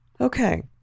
Okay